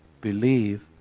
believe